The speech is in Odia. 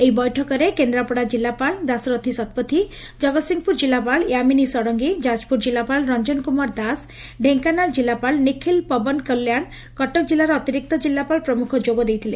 ଏହି ବୈଠକରେ କେନ୍ଦ୍ରାପଡ଼ା ଜିଲ୍ଲାପାଳ ଦାଶରଥୀ ଶତପଥୀ ଜଗସିଂହପୁର ଜିଲ୍ଲାପାଳ ୟାମିନୀ ଷଡ଼ଙଗୀ ଯାଜପୁର ଜିଲ୍ଲାପାଳ ରଞ୍ଞନ କୁମାର ଦାସ ଢେଙ୍କାନାଳ ଜିଲ୍ଲାପାଳ ନିଖିଳ ପବନ କଲ୍ୟାଶ କଟକ ଜିଲ୍ଲାର ଅତିରିକ୍ତ ଜିଲ୍ଲାପାଳ ପ୍ରମୁଖ ଯୋଗ ଦେଇଥିଲେ